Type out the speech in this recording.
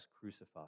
crucified